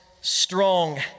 strong